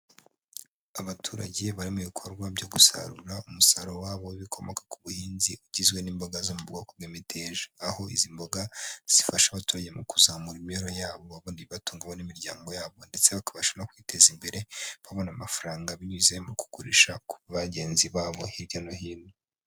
Abaturage bari mu bikorwa byo gusarura umusaruro wabo w'ibikomoka ku buhinzi ugizwe n'imboga zo mu bwoko bw'imiteja, aho izi mboga zifasha abaturageye mu kuzamura imibereho yabo babona ibibatunga n'imiryango yabo, ndetse bakabasha no kwiteza imbere babona amafaranga binyuze mu kugurisha ku bagenzi babo hirya no hino.